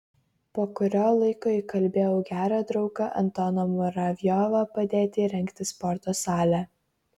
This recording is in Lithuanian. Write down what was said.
po kurio laiko įkalbėjau gerą draugą antoną muravjovą padėti įrengti sporto salę